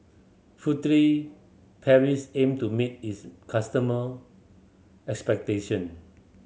Furtere Paris aim to meet its customer expectation